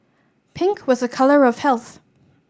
pink was a colour of health